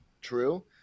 true